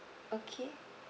okay